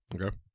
Okay